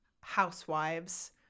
housewives